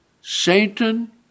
Satan